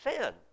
sin